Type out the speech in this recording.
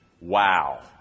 Wow